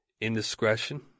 indiscretion